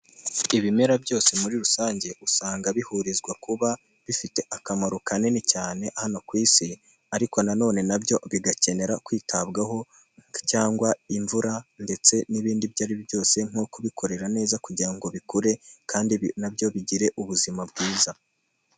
Ibimera byose muri rusange usanga bihurizwa kuba bifite akamaro kanini cyane hano ku isi, ariko nanone nabyo bigakenera kwitabwaho, cyangwa imvura ndetse n'ibindi ibyaribyo byose nko kubikorera neza kugira ngo bikure kandi nabyo bigire ubuzima bwiza.